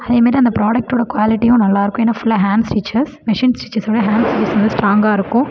அதேமாரி அந்த ப்ராடக்ட்டோட குவாலிட்டியும் நல்லா இருக்கும் ஏன்னா ஃபுல்லாக ஹேண்ட் ஸ்டிச்சஸ் மிஷின் ஸ்டிச்சஸோடு ஹேண்ட் ஸ்டிச்சஸ் ரொம்ப ஸ்டாராங்கா இருக்கும்